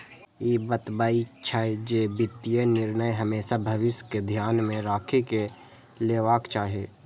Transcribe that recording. ई बतबै छै, जे वित्तीय निर्णय हमेशा भविष्य कें ध्यान मे राखि कें लेबाक चाही